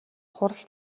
хурал